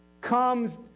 comes